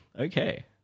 Okay